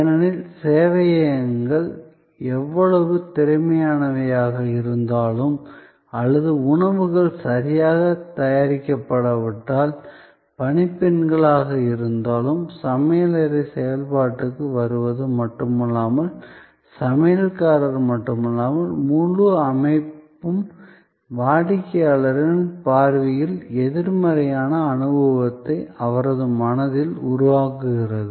ஏனெனில் சேவையகங்கள் எவ்வளவு திறமையானவையாக இருந்தாலும் அல்லது உணவுகள் சரியாகத் தயாரிக்கப்படாவிட்டால் பணிப்பெண்களாக இருந்தாலும் சமையலறை செயல்பாட்டுக்கு வருவது மட்டுமல்லாமல் சமையல்காரர் மட்டுமல்ல முழு அமைப்பும் வாடிக்கையாளர்களின் பார்வையில் எதிர்மறையான அனுபவத்தை அவரது மனதில் உருவாக்குகிறது